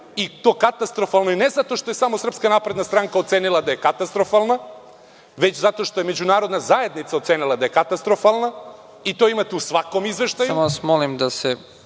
i to katastrofalnoj ne samo zato što je Srpska napredna stranka ocenila da je katastrofalna, već zato što je međunarodna zajednica ocenila da je katastrofalna i to imate u svakom